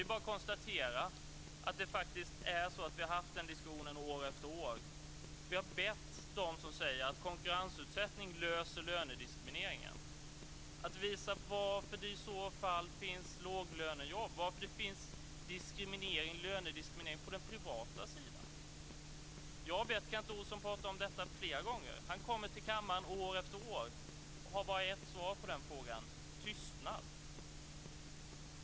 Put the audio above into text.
Det är bara att konstatera: Vi har haft den diskussionen år efter år. Vi har bett dem som säger att konkurrensutsättning löser lönediskrimineringen att visa varför det i så fall finns låglönejobb och lönediskriminering på den privata sidan. Jag har bett Kent Olsson prata om detta flera gånger. Han kommer till kammaren år efter år och har bara ett svar på den frågan - tystnad.